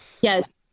Yes